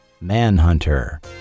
Manhunter